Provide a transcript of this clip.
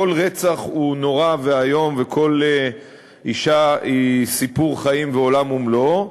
כל רצח הוא נורא ואיום וכל אישה היא סיפור חיים ועולם ומלואו,